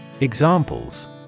Examples